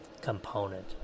component